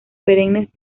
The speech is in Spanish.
perennes